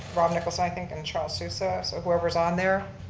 rob nicholson, i think, and charles souza, so whoever's on there,